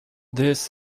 this